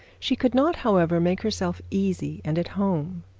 she could not, however, make herself easy and at home.